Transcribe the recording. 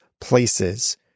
places